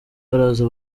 baraza